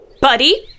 Buddy